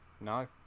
No